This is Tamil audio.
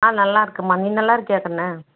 ஆ நல்லா இருக்கம்மா நீ நல்லா இருக்கியா கன்னு